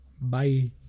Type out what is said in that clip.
Bye